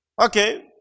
okay